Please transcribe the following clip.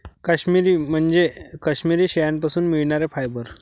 काश्मिरी म्हणजे काश्मिरी शेळ्यांपासून मिळणारे फायबर